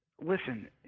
listen